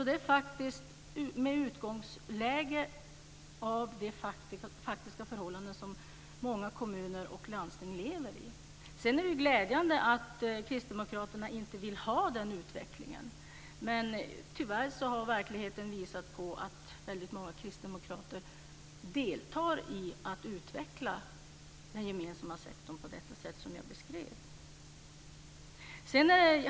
Det är de faktiska förhållanden som många kommuner och landsting lever med. Sedan är det glädjande att kristdemokraterna inte vill ha den utvecklingen. Tyvärr har verkligheten dock visat att många kristdemokrater deltar i att utveckla den gemensamma sektorn på det sätt som jag beskrev.